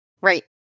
Right